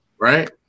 right